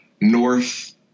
North